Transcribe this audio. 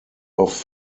auf